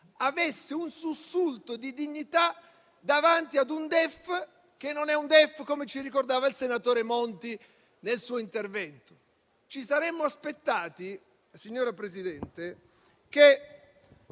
avesse un sussulto di dignità davanti ad un DEF che non è un DEF, come ci ricordava il senatore Monti nel suo intervento. Ci saremmo aspettati, signora Presidente, che